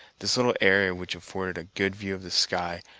this little area, which afforded a good view of the sky,